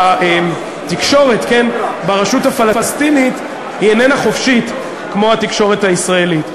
התקשורת ברשות הפלסטינית היא איננה חופשית כמו התקשורת הישראלית,